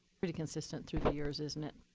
pretty consistent through the years, isn't it?